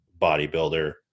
bodybuilder